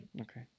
Okay